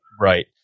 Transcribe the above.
Right